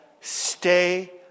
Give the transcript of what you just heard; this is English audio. stay